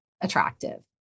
attractive